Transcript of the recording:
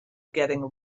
getting